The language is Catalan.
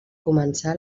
començà